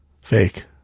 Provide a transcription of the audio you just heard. Fake